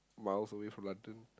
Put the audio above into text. miles away from London